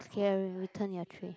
clear return your tray